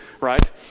right